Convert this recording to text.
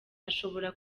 ashobora